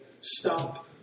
stop